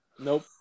Nope